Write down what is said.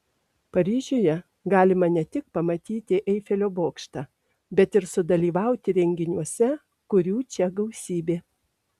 paryžiuje galima ne tik pamatyti eifelio bokštą bet ir sudalyvauti renginiuose kurių čia gausybė